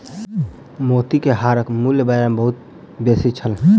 मोती के हारक मूल्य बाजार मे बहुत बेसी छल